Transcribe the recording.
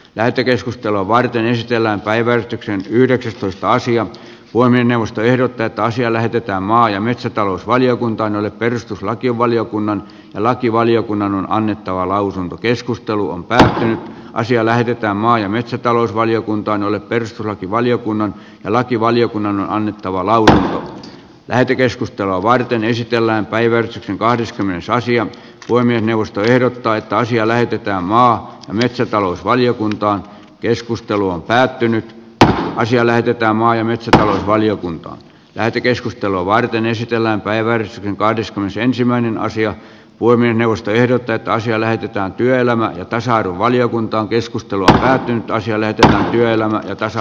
lähetekeskustelua varten esitellään päivetyksen yhdeksästoista sija voimme neuvosto ehdotti että asia lähetetään maa ja metsätalousvaliokuntaan jolle perustuslakivaliokunnan ja lakivaliokunnan on annettava lausunto keskustelu on päästy asia lähetetään maa ja metsätalousvaliokuntaan jolle perustuslakivaliokunnan ja lakivaliokunnan on annettava illalla lähetekeskustelua varten esitellään päivä kahdeskymmenes asian puiminen neuvosto ehdottaa että asia lähetetään maa ja metsätalousvaliokunta keskustelu on päättynyt tai ansiolähdetään maa ja metsätalousvaliokunta päätti keskustelua varten esitellään päiväys kahdeskymmenesensimmäinen asia voi mennä ostoehdot että asia näytetään työelämän tasa arvovaliokuntaan keskustelut käytiin toiselle että työelämän tasa